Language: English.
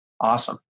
awesome